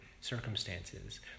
circumstances